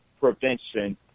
Prevention